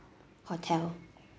hotel